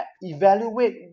evaluate